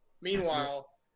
Meanwhile